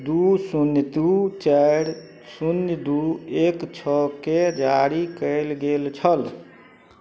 दुइ शून्य दुइ चारि शून्य दुइ एक छओके जारी कएल गेल छल